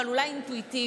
אבל אולי אינטואיטיבית.